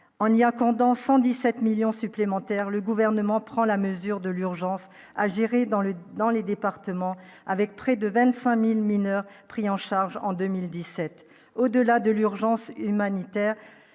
en Irak pendant 117 millions supplémentaires, le gouvernement prend la mesure de l'urgence à gérer dans le dans les départements avec près de 25000 mineurs pris en charge en 2017 au-delà de l'urgence humanitaire